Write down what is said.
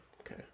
Okay